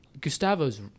Gustavo's